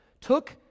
took